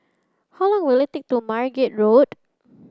how long will it take to Margate Road